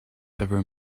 ever